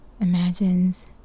imagines